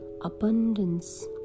abundance